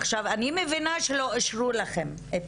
עכשיו, אני מבינה שלא אישרו לכם.